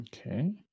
okay